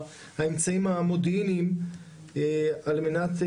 האמצעים המודיעיניים על מנת,